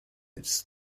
its